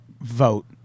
vote